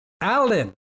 Alan